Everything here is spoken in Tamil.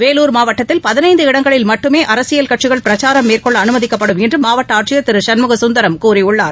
வேலூர் மாவட்டத்தில் பதினைந்து இடங்களில் மட்டுமே அரசியல் கட்சிகள் பிரச்சாரம் மேற்கொள்ள அமைதிக்கப்படும் என்று மாவட்ட ஆட்சியர் திரு சண்முகசுந்தரம் கூறியுள்ளார்